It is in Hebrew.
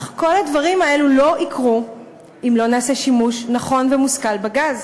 אך כל הדברים האלה לא יקרו אם לא נעשה שימוש נכון ומושכל בגז,